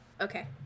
Okay